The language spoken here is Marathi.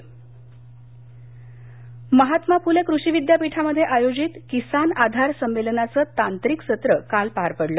संमेलन अहमदनगर महात्मा फुले कृषि विद्यापीठामध्ये आयोजित किसान आधार संमेलनाचं तांत्रिक सत्र काल पार पडलं